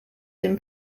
dem